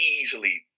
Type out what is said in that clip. easily